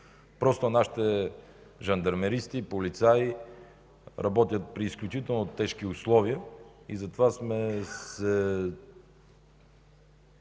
Просто нашите жандармеристи и полицаи работят при изключително тежки условия. Затова сме се